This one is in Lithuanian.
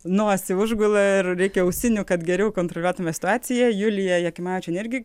nosį užgula ir reikia ausinių kad geriau kontroliuotume situaciją juliją jakimavičienę irgi